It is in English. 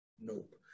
Nope